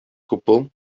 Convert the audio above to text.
cwbl